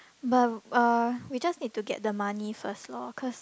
but uh we just need to get the money first loh cause